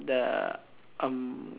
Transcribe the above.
the um